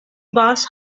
bass